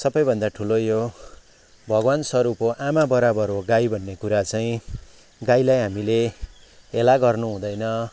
सबैभन्दा ठुलो यो भगवान स्वरूप हो आमा बराबर हो गाई भन्ने कुरा चाहिँ गाईलाई हामीले हेला गर्नु हुँदैन